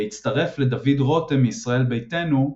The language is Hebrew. והצטרף לדוד רותם מישראל ביתנו,